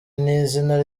n’izina